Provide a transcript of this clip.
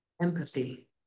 empathy